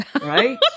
Right